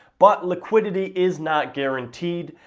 but liquidity is not guaranteed.